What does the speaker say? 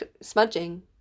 smudging